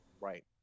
Right